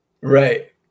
Right